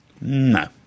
No